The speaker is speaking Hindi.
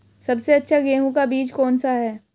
सबसे अच्छा गेहूँ का बीज कौन सा है?